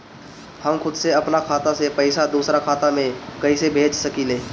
हम खुद से अपना खाता से पइसा दूसरा खाता में कइसे भेज सकी ले?